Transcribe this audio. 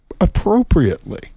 appropriately